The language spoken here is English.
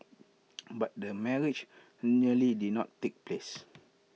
but the marriage nearly did not take place